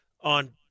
on